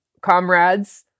comrades